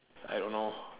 I don't know